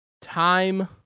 Time